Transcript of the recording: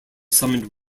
summoned